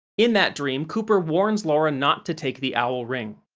in that dream, cooper warns laura not to take the owl ring.